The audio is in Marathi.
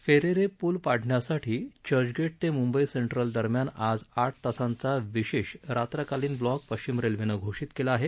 फेरेरे पूल पाडण्यासाठी चर्चगेट ते मुंबई सेंट्रल दरम्यान आज आठ तासांचा विशेष रात्रकालीन ब्लॉक पश्चिम रेल्वेनं घोषित केला आहे